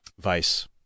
Vice